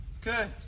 Good